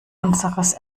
unseres